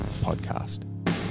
Podcast